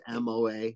moa